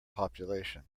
population